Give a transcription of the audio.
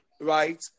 right